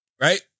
right